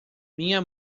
minha